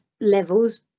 levels